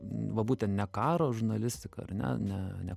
va būtent ne karo žurnalistika ar ne ne ne